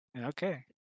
Okay